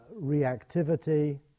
reactivity